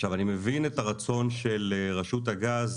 עכשיו אני מבין את הרצון של רשות הגז